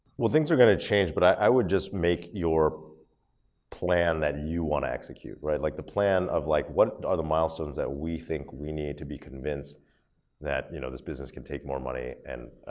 well, things are gonna change, but i would just make your plan that you wanna execute, right, like the plan of like, what are the milestones that we think we need to be convinced that you know, this business can take more money and